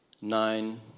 nine